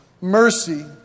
Mercy